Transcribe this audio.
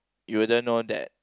you wouldn't know that